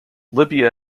libya